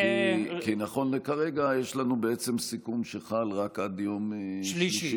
כי נכון לכרגע יש לנו סיכום שחל רק עד יום שלישי.